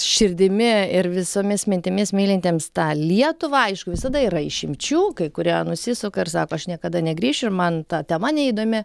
širdimi ir visomis mintimis mylintiems tą lietuvą aišku visada yra išimčių kai kurie nusisuka ir sako aš niekada negrįšiu ir man ta tema neįdomi